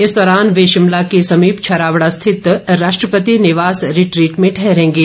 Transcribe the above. इस दौरान वे शिमला के समीप छराबड़ा स्थित राष्ट्रपति निवास रिट्रीट में ठहरेंगे